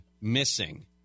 missing